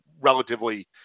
relatively